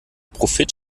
profit